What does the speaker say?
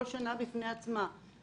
כל שנה בפני עצמה,